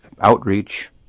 outreach